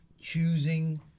choosing